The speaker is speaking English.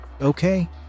Okay